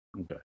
Okay